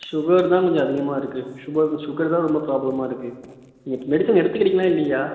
sugar தான் கொஞ்சம் அதிகமாக இருக்குது சுகர் சுகர் தான் ரொம்ப ப்ராப்ளமாக இருக்குது நீங்கள் மெடிசன் எடுத்துக்கிறீங்களா இல்லையா